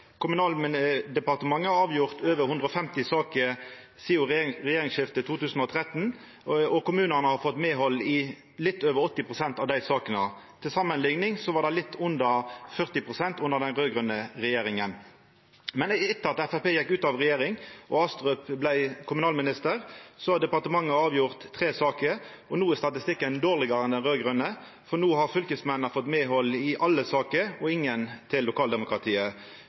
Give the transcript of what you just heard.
Kommunaldepartementet har avgjort over 150 saker sidan regjeringsskiftet i 2013, og kommunane har fått medhald i litt over 80 pst. av dei. Til samanlikning var det litt under 40 pst. under den raud-grøne regjeringa. Men etter at Framstegspartiet gjekk ut av regjeringa og Astrup vart kommunalminister, har departementet avgjort tre saker, og no er statistikken dårlegare enn han var under dei raud-grøne, for no har fylkesmennene fått medhald i alle sakene og lokaldemokratiet i ingen.